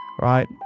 right